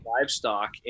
livestock